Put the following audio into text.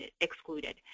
excluded